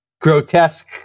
grotesque